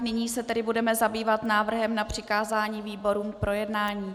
Nyní se tedy budeme zabývat návrhem na přikázání výborům k projednání.